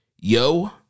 Yo